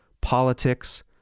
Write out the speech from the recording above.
politics